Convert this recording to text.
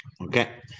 Okay